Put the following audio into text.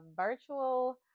virtual